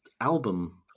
album